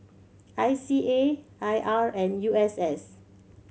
I C A I R and U S S